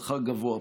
שכר גבוה,